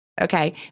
Okay